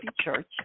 Church